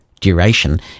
Duration